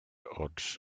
odds